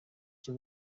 cyo